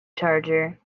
charger